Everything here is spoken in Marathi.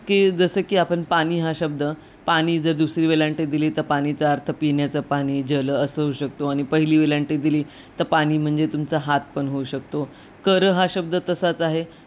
की जसं की आपण पाणी हा शब्द पाणी जर दुसरी वेल्यांटी दिली तर पाणीचा अर्थ पिण्याचं णी जल असं होऊ शकतो आणि पहिली वेल्यांटी दिली तरणी म्हणजे तुमचा हात पणहोऊ शकतो कर हा शब्द तसाच आहे